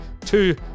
two